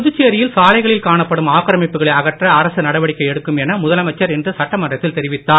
புதுச்சேரியில் சாலைகளில் காணப்படும் ஆக்கிரமிப்புகளை அகற்ற அரசு நடவடிக்கை எடுக்கும் என முதலமைச்சர் இன்று சட்டமன்றத்தில் தெரிவித்தார்